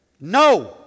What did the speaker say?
No